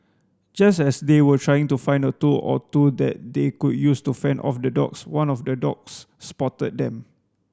just as they were trying to find a tool or two that they could use to fend off the dogs one of the dogs spotted them